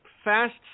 fast